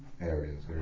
areas